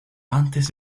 antes